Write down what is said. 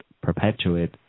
perpetuate